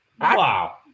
Wow